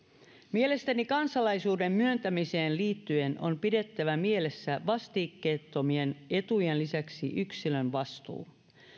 mielestäni kansalaisuuden myöntämiseen liittyen on pidettävä mielessä vastikkeettomien etujen lisäksi yksilön vastuu